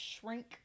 shrink